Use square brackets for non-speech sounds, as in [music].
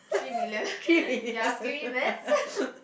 three million [breath] you are asking me maths [laughs]